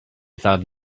thought